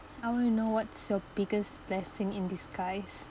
I want to know what's your biggest blessing in disguise